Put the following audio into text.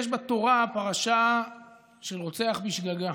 יש בתורה פרשה של "רוצח בשגגה".